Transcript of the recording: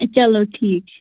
چلو ٹھیٖک چھِ